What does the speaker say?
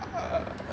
mm